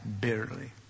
bitterly